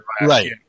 Right